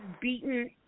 beaten